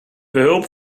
behulp